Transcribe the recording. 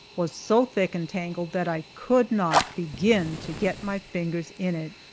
was so thick and tangled that i could not begin to get my fingers in it.